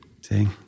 see